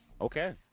Okay